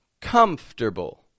Comfortable